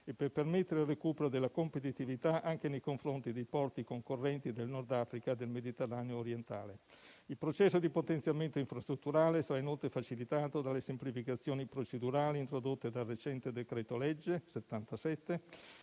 e per permettere il recupero della competitività anche nei confronti dei porti concorrenti del Nord Africa e del Mediterraneo orientale. Il processo di potenziamento infrastrutturale sarà, inoltre, facilitato dalle semplificazioni procedurali introdotte dal recente decreto-legge n.